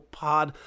pod